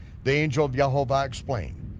the angel of yehovah explained,